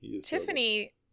Tiffany